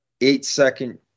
eight-second